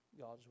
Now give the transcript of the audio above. God's